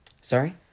Sorry